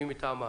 ומי מטעמה,